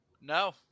No